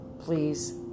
Please